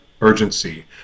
urgency